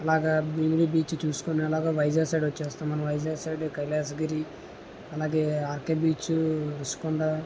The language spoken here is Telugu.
అలాగా భీమిలీ బీచ్ చూసుకొని అలాగా వైజాగ్ సైడ్ వచ్చేస్తాం మన వైజాగ్ సైడ్ కైలాసగిరి అలాగే ఆర్కే బీచ్ రుషికొండ